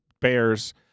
Bears